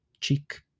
cheek